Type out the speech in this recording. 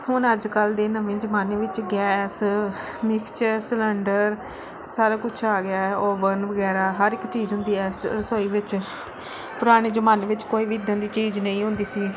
ਹੁਣ ਅੱਜ ਕੱਲ੍ਹ ਦੇ ਨਵੇਂ ਜ਼ਮਾਨੇ ਵਿੱਚ ਗੈਸ ਮਿਕਸਚਰ ਸਿਲੰਡਰ ਸਾਰਾ ਕੁਛ ਆ ਗਿਆ ਹੈ ਓਵਨ ਵਗੈਰਾ ਹਰ ਇੱਕ ਚੀਜ਼ ਹੁੰਦੀ ਹੈ ਰਸੋਈ ਵਿੱਚ ਪੁਰਾਣੇ ਜ਼ਮਾਨੇ ਵਿੱਚ ਕੋਈ ਵੀ ਇੱਦਾਂ ਦੀ ਚੀਜ਼ ਨਹੀਂ ਹੁੰਦੀ ਸੀ